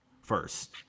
first